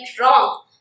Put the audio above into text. wrong